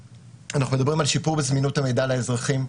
אנחנו מדברים על שיפור בזמינות המידע לאזרחים.